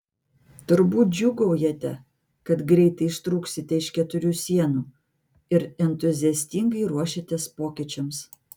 turbūt džiūgaujate kad greitai ištrūksite iš keturių sienų ir entuziastingai ruošiatės pokyčiams